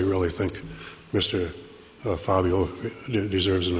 i really think mr fabio do deserves